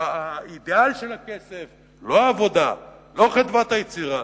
האידיאל של הכסף, לא העבודה, לא חדוות היצירה.